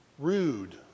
rude